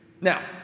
Now